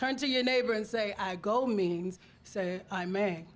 turn to your neighbor and say i go means i may